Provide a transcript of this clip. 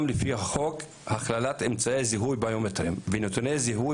לפי חוק הכללת אמצעי זיהוי ביומטריים ונתוני זיהוי